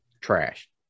trash